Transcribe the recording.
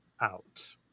out